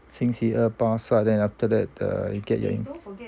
星期二巴刹 then after that ah